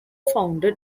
founded